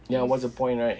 ya what's the point right